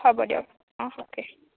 হ'ব দিয়ক অহ অ'কে